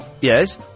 Yes